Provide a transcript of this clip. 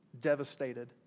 devastated